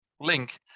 link